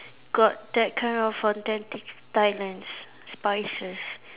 got that kind of authentic Thailand spices